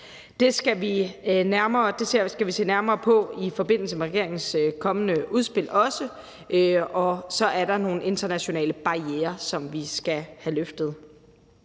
Det skal vi også se nærmere på i forbindelse med regeringens kommende udspil, og så er der nogle internationale barrierer, som vi skal have løftet.